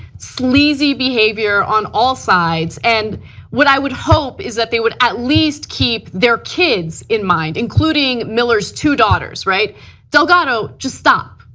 sleazy behavior on all sides and what i would hope is that they would at least keep their kids in mind, including miller's two daughters. though gotto, just stop.